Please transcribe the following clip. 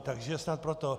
Takže snad proto.